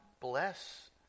bless